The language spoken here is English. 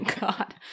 God